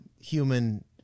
human